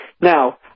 Now